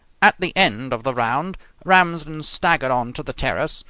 at the end of the round ramsden staggered on to the terrace,